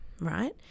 right